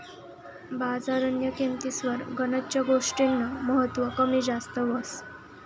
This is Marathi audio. बजारन्या किंमतीस्वर गनच गोष्टीस्नं महत्व कमी जास्त व्हस